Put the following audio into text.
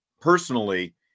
personally